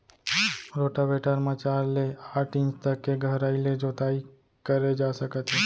rotavator म चार ले आठ इंच तक के गहराई ले जोताई करे जा सकत हे